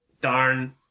Darn